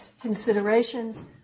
considerations